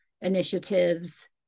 initiatives